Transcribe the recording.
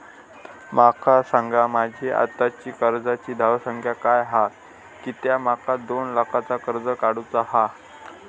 माका सांगा माझी आत्ताची कर्जाची धावसंख्या काय हा कित्या माका दोन लाखाचा कर्ज काढू चा हा?